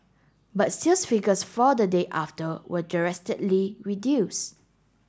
but sales figures for the day after were reduced